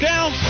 Down